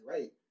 Right